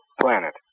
planet